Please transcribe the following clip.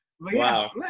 Wow